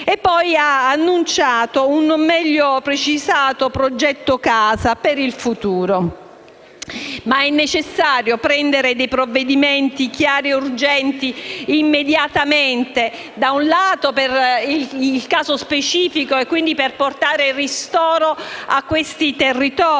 Ha poi annunciato un non meglio precisato progetto casa per il futuro. È necessario prendere provvedimenti chiari e urgenti immediatamente, da un lato, per il caso specifico, e quindi per portare ristoro a quei territori;